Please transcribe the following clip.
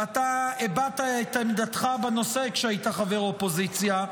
והבעת את עמדתך בנושא כשהיית חבר אופוזיציה.